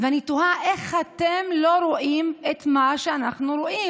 ואני תוהה: איך אתם לא רואים את מה שאנחנו רואים?